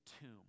tomb